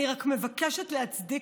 אני רק מבקשת להצדיק,